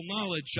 knowledge